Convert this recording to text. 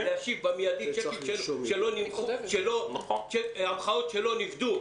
להשיב באופן מידי המחאות שלא נפדו,